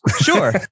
Sure